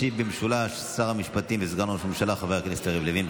ישיב במשולב שר המשפטים וסגן ראש הממשלה חבר הכנסת יריב לוין.